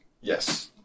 yes